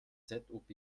zob